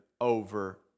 over